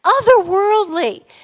otherworldly